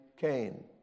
Cain